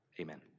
amen